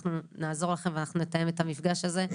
אנחנו נעזור לכם, ואנחנו נתאם את המפגש הזה.